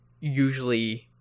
usually